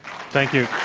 thank you,